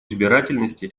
избирательности